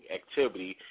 activity